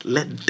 Let